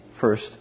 first